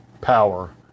power